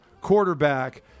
quarterback